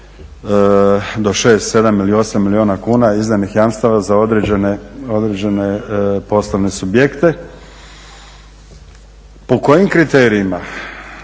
do 6, 7 ili 8 milijuna kuna izdanih jamstava za određene poslovne subjekte. Po kojim kriterijima,